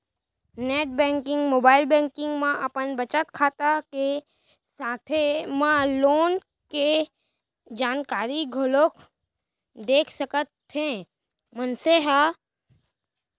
net banking, mobile banking म अपन बचत खाता के साथे म लोन के जानकारी घलोक देख सकत हे मनसे ह